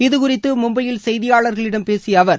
இதுகுறித்து மும்பையில் செய்தியாளர்களிம் பேசிய அவர்